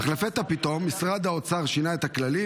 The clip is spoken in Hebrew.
אך לפתע פתאום משרד האוצר שינה את הכללים